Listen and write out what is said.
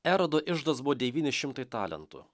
erodo iždas buvo devyni šimtai talentų